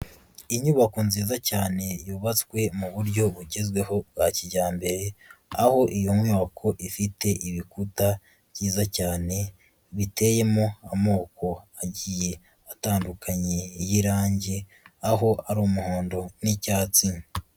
Inyubako nziza cyane yubatswe mu buryo bugezweho bwa kijyambere, aho iyo nyubako ifite ibikuta byiza cyane biteyemo amoko agiye atandukanye y'irange aho ari umuhondo n'icyatsi.